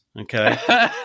okay